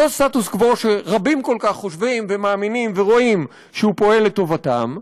אותו סטטוס-קוו שרבים כל כך חושבים ומאמינים ורואים שהוא פועל לטובתם,